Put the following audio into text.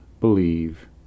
believe